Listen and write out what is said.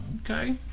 Okay